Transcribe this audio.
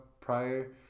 prior